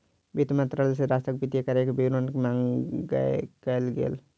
वित्त मंत्रालय सॅ राष्ट्रक वित्तीय कार्यक विवरणक मांग कयल गेल